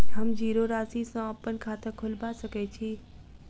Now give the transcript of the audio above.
हम जीरो राशि सँ अप्पन खाता खोलबा सकै छी?